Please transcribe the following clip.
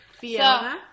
Fiona